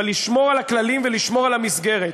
אבל לשמור על הכללים ולשמור על המסגרת.